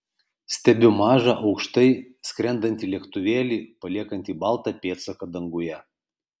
stebiu mažą aukštai skrendantį lėktuvėlį paliekantį baltą pėdsaką danguje